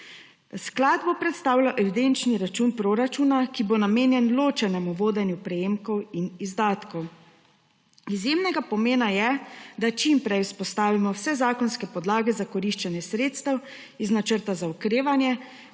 Sklad bo predstavljal evidenčni račun proračuna, ki bo namenjen ločenemu vodenju prejemkov in izdatkov. Izjemnega pomena je, da čim prej vzpostavimo vse zakonske podlage za koriščenje sredstev iz Načrta za okrevanje,